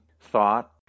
thought